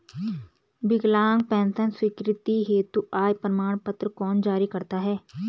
विकलांग पेंशन स्वीकृति हेतु आय प्रमाण पत्र कौन जारी करता है?